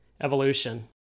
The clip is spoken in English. evolution